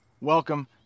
Welcome